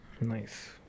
Nice